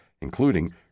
including